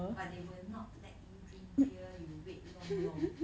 but they will not let you drink beer you wait long long